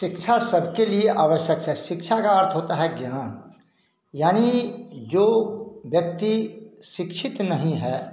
शिक्षा सबके लिए आवश्यक छै शिक्षा का अर्थ होता है ज्ञान यानी जो व्यक्ति शिक्षित नहीं है